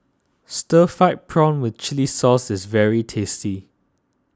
Stir Fried Prawn with Chili Sauce is very tasty